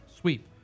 sweep